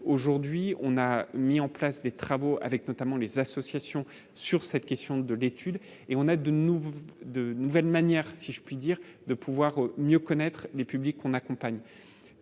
aujourd'hui on a mis en place des travaux avec notamment les associations sur cette question de l'étude et on a de nouveau de nouvelles manières si je puis dire de pouvoir mieux connaître les publics on accompagne